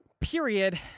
period